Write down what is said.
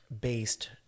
based